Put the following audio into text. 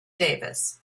davis